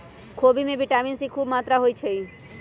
खोबि में vitamin C खूब मत्रा होइ छइ